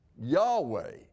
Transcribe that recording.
Yahweh